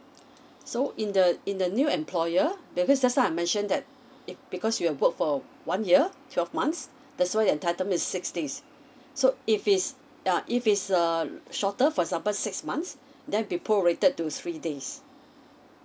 so in the in the new employer because just now I mention that eh because you've worked for one year twelve months that's why you're entitlement is six days so if it's uh if it's uh shorter for example six months then be prorated to three days